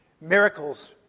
miracles